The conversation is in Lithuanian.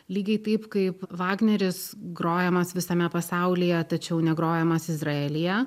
lygiai taip kaip vagneris grojamas visame pasaulyje tačiau negrojamas izraelyje